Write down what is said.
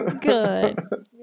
Good